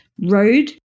road